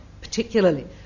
particularly